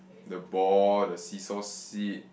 the ball the seesaw seat